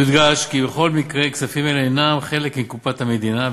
יודגש כי בכל מקרה כספים אלה אינם חלק מקופת המדינה,